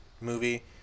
movie